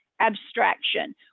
abstraction